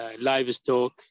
livestock